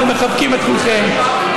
אנחנו מחבקים את כולכם,